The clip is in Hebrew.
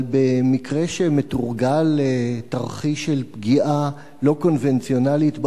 אבל במקרה שמתורגל תרחיש של פגיעה לא קונבנציונלית בעורף,